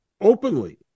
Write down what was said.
openly